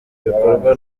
bikorwa